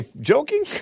joking